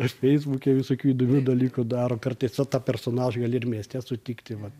aš feisbuke visokių įdomių dalykų daro kartais va tą personažą gali ir mieste sutikti vat